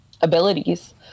abilities